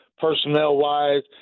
personnel-wise